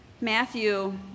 Matthew